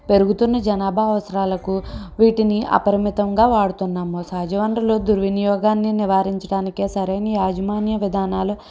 పెరుగుతున్న జనాభా అవసరాలకు వీటిని అపరిమితంగా వాడుతున్నాము సహజ వనరులు దుర్వినియోగాన్ని నివారించడానికి సరైన యాజమాన్య విధానాలు